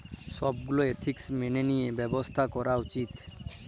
ছব গীলা এথিক্স ম্যাইলে লিঁয়ে ব্যবছা ক্যরা উচিত